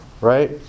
right